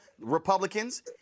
Republicans